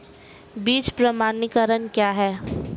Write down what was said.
बीज प्रमाणीकरण क्या है?